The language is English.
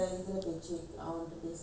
இல்லைனால்:illainal H_D_B phone பண்ணட்டா:pannatta